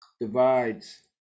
divides